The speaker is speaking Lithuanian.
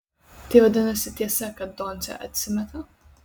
tai vadinasi tiesa kad doncė atsimeta